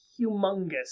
humongous